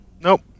Nope